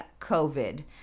covid